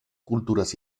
culturas